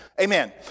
Amen